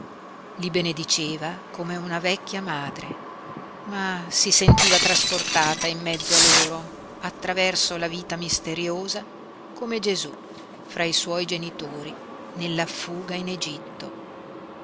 e i benediceva come una vecchia madre ma si sentiva trasportata in mezzo a loro attraverso la vita misteriosa come gesú fra i suoi genitori nella fuga in egitto